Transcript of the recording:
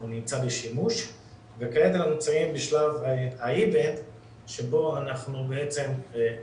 נמצא בשימוש וכרגע אנחנו נמצאים בזמן ה-E-Band בו הורדנו